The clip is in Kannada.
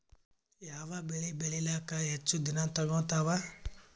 ಯಾವದ ಬೆಳಿ ಬೇಳಿಲಾಕ ಹೆಚ್ಚ ದಿನಾ ತೋಗತ್ತಾವ?